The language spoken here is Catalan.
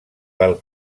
pel